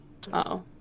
-oh